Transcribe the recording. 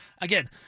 again